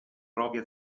proprie